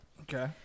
Okay